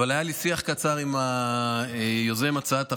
אבל היה לי שיח קצר עם יוזם הצעת החוק,